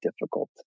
difficult